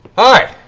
hi.